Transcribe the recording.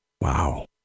Wow